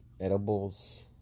edibles